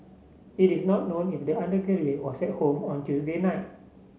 it is not known if the undergraduate was at home on Tuesday night